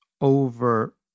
over